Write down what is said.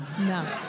No